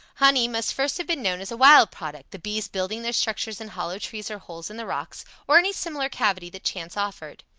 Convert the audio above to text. honey must first have been known as a wild product, the bees building their structures in hollow trees or holes in the rocks, or any similar cavity that chance offered.